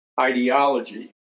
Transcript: ideology